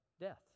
death